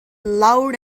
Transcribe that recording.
loud